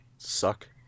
Suck